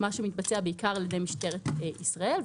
מה שמתבצע בעיקר על ידי משטרת ישראל,